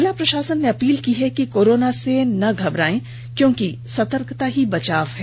जिला प्रषासन ने अपील की है कि कोरोना से न घबराएं क्योंकि सतकर्तता ही बचाव है